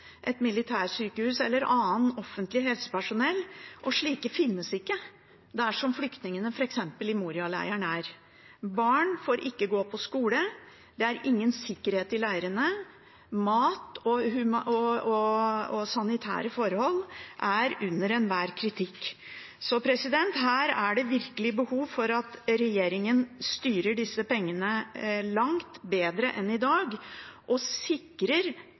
et militærsykehus eller av annet offentlig helsepersonell, og slikt finnes ikke der som flyktningene, f.eks. i Moria-leiren, er. Barn får ikke gå på skole. Det er ingen sikkerhet i leirene. Mat og sanitære forhold er under enhver kritikk. Her er det virkelig behov for at regjeringen styrer disse pengene langt bedre enn i dag og sikrer